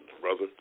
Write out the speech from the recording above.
brother